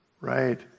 Right